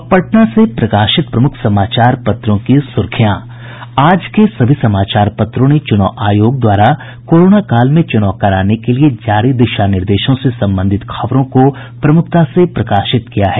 अब पटना से प्रकाशित प्रमुख समाचार पत्रों की सुर्खियां आज के सभी समाचार पत्रों ने चुनाव आयोग द्वारा कोरोना काल में चुनाव कराने के लिये जारी दिशा निर्देशों से संबंधित खबरों को प्रमुखता से प्रकाशित किया है